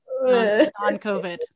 non-COVID